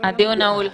הדיון נעול.